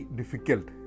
difficult